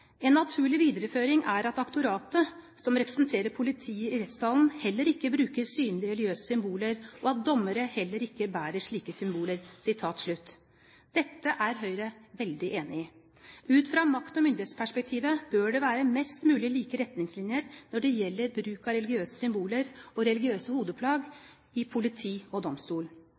en naturlig videreføring er at aktoratet, som representerer politiet i rettssalen, heller ikke bruker synlige religiøse symboler og at dommere heller ikke bærer slike symboler.» Dette er Høyre veldig enig i. Ut fra makt- og myndighetsperspektivet bør det være mest mulig like retningslinjer når det gjelder bruk av religiøse symboler og religiøse hodeplagg i politi og domstol.